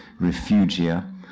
refugia